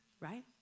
right